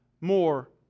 more